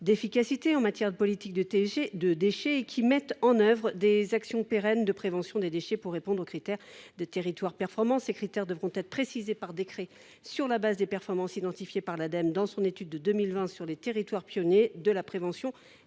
d’efficacité en matière de politique de déchets et qui mettent en œuvre des actions pérennes de prévention des déchets, pour répondre aux critères de territoires performants. Ces critères devront être précisés par décret sur la base des performances identifiées par l’Ademe dans son étude de 2020 sur les territoires pionniers de la prévention